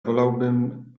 wolałbym